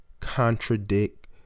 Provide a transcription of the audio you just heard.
contradict